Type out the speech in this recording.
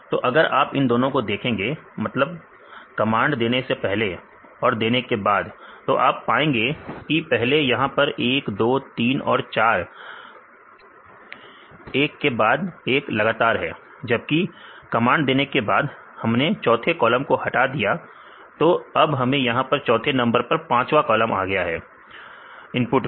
तो अगर आप इन दोनों को देखें मतलब कमांड देने से पहले और देने के बाद तो आप पाएंगे कि पहले यहां पर 1 2 3 और 4 एक के बाद एक लगातार है जबकि कमांड देने के बाद हमने चौथे कॉलम को हटा दिया तो अब हमें यहां पर चौथे नंबर पर पांचवा कॉलम आ गया है इनपुट से